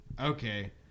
Okay